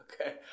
Okay